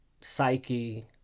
psyche